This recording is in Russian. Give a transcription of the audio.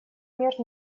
мер